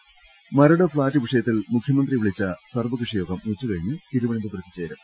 Shri Maradu flat വിഷയത്തിൽ മുഖ്യമന്ത്രി വിളിച്ച സർവ്വകക്ഷി യോഗം ഉച്ചകഴിഞ്ഞ് തിരുവനന്തപുരത്ത് ചേരും